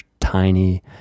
tiny